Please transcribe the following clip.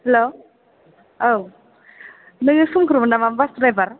हेल' औ नोङो सोमखोरमोन नामा बास ड्राइभार